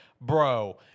bro